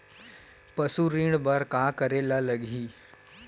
पशु ऋण बर का करे ला लगही?